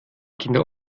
kinder